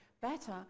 better